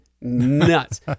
nuts